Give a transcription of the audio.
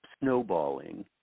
snowballing